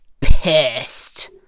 pissed